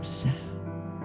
sound